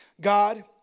God